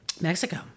Mexico